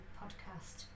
podcast